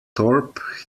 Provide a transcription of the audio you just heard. thorpe